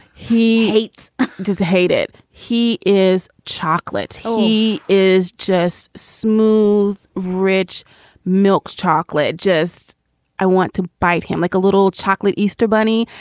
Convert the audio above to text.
he hates does hate it. he is chocolate. he is just smooth, rich milk chocolate. just i want to bite him like a little chocolate easter bunny.